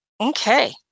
Okay